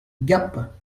gap